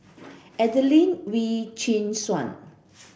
Adelene Wee Chin Suan